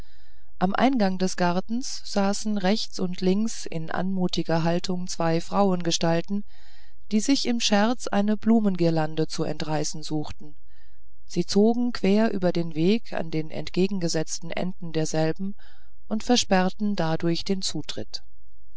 am eingang des gartens saßen rechts und links in anmutiger haltung zwei frauengestalten die sich im scherz eine blumengirlande zu entreißen suchten sie zogen quer über den weg an den entgegengesetzten enden derselben und versperrten dadurch den zutritt